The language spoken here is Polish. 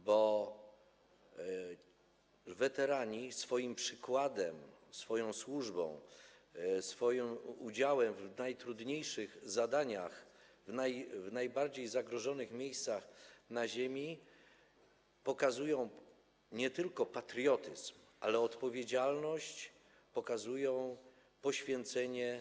Bo weterani swoim przykładem, swoją służbą, swoim udziałem w najtrudniejszych zadaniach w najbardziej zagrożonych miejscach na ziemi pokazują nie tylko patriotyzm, ale również odpowiedzialność i poświęcenie.